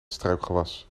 struikgewas